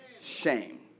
Shame